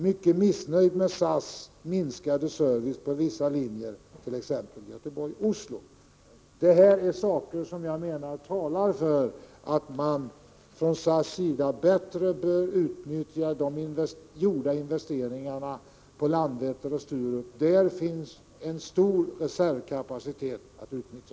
Mycket missnöjd med SAS minskade service på vissa linjer, tex Göteborg-Oslo ——=.” Detta menar jag talar för att man från SAS sida bättre bör utnyttja de gjorda investeringarna på Landvetter och Sturup. Där finns en stor reservkapacitet att utnyttja.